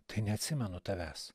tai neatsimenu tavęs